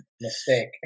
Mistake